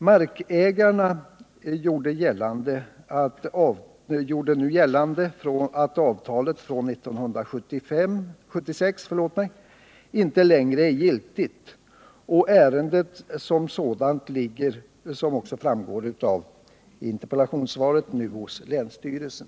Markägarna har nu gjort gällande att avtalet från 1976 inte längre är giltigt, och ärendet som sådant ligger nu, som också framgår av interpellationssvaret, hos länsstyrelsen.